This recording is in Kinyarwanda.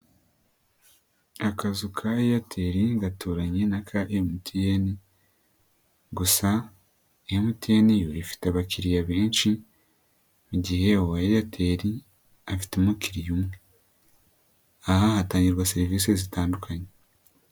Akazu ka Airtel gaturanye n'aka MTN gusa MTN yo ifite abakiriya benshi mu gihe uwa Airtel afite umukiriya umwe, aha hatangirwa serivisi zitandukanye.